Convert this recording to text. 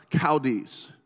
Chaldees